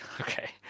okay